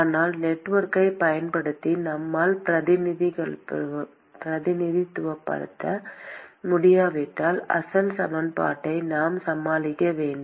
ஆனால் நெட்வொர்க்கைப் பயன்படுத்தி நம்மால் பிரதிநிதித்துவப்படுத்த முடியாவிட்டால் அசல் சமன்பாட்டை நாம் சமாளிக்க வேண்டும்